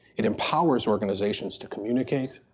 it empowers organizations to communicate,